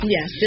Yes